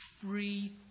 Free